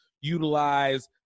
utilize